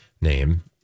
name